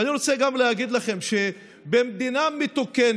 ואני רוצה להגיד לכם גם שבמדינה מתוקנת